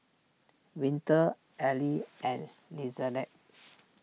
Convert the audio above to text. Winter Ally and Lizette